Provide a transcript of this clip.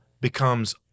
becomes